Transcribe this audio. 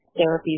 therapies